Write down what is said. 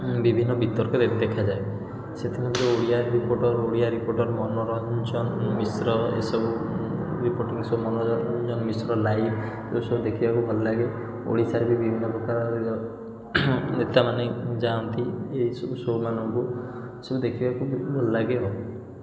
ଉଁ ବିଭିନ୍ନ ବିତର୍କ ଦେଖ ଦେଖାଯାଏ ସେଥିମଧ୍ୟରୁ ଓଡ଼ିଆ ରିପୋର୍ଟର୍ ଓଡ଼ିଆ ରିପୋର୍ଟର୍ ମନୋରଞ୍ଜନ ମିଶ୍ର ଏସବୁ ରିପୋର୍ଟ ମନୋରଞ୍ଜନ ମିଶ୍ର ଲାଇଭ୍ ଏସବୁ ଦେଖିବାକୁ ଭଲ ଲାଗେ ଓଡ଼ିଶାର ବି ବିଭିନ୍ନପ୍ରକାର ନେତାମାନେ ଯାଆନ୍ତି ଏହିସବୁ ସୋ ମାନଙ୍କୁ ଦେଖିବାକୁ ସେମିତି ଦେଖିବାକୁ ଭଲ ଲାଗେ ଆଉ